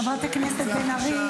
חברת הכנסת בן ארי.